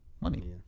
money